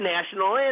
National